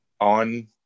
On